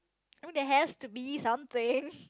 I mean there has to be something